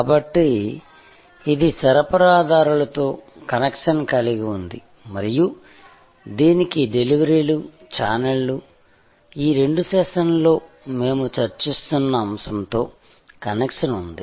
కాబట్టి ఇది సరఫరాదారులతో కనెక్షన్ కలిగి ఉంది మరియు దీనికి డెలివరీలు ఛానెల్లు ఈ రెండు సెషన్లలో మేము చర్చిస్తున్న అంశంతో కనెక్షన్ ఉంది